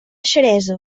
xeresa